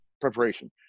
preparation